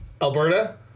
Alberta